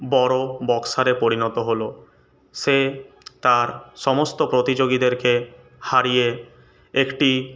বড়ো বক্সারে পরিণত হল সে তার সমস্ত প্রতিযোগীদেরকে হারিয়ে একটি